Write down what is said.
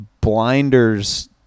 blinders